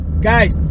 Guys